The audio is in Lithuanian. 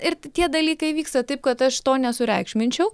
ir tie dalykai vyksta taip kad aš to nesureikšminčiau